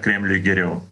kremliui geriau